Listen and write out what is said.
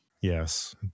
Yes